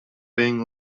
being